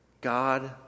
god